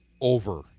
over